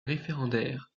référendaire